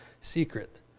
secret